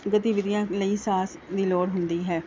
ਗਤੀਵਿਧੀਆਂ ਲਈ ਸਾਹਸ ਦੀ ਲੋੜ ਹੁੰਦੀ ਹੈ